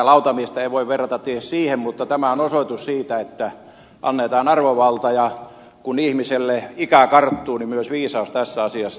lautamiestä ei voi verrata tietysti siihen mutta tämä on osoitus siitä että annetaan arvovalta ja kun ihmiselle ikä karttuu niin myös viisaus tässä asiassa